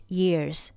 years